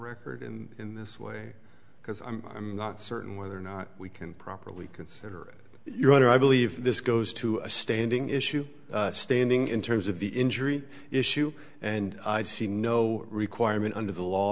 record and in this way because i'm not certain whether or not we can properly consider your honor i believe this goes to a standing issue standing in terms of the injury issue and i see no requirement under the law